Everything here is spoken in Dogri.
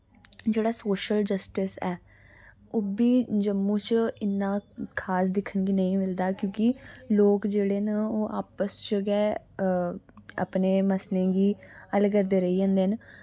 जेह्ड़ा सोशल जस्टिस ऐ उ'बी जम्मू च इन्ना खास दिक्खन कि नेईं मिलदा क्यूंकि लोक जेह्ड़े न ओह् आपस च गै अपने मसलें गी हल करदे रेहि जन्दे न